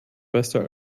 besser